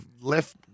left